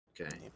Okay